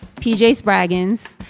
pj spraggins,